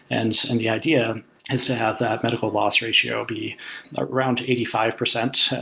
and and the idea is to have that medical loss ratio be around eighty five percent,